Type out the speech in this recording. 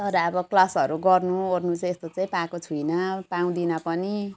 तर अब क्लासहरू गर्नुवर्नु यस्तो चाहिँ पाएको छुइनँ पाउँदिन पनि